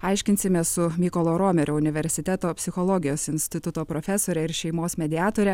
aiškinsimės su mykolo romerio universiteto psichologijos instituto profesore ir šeimos mediatore